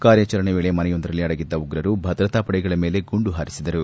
ಕಾರ್ಯಾಚರಣೆ ವೇಳೆ ಮನೆಯೊಂದರಲ್ಲಿ ಅಡಗಿದ್ದ ಉಗ್ರರು ಭದ್ರತಾ ಪಡೆಗಳ ಮೇಲೆ ಗುಂಡು ಹಾರಿಸಿದರು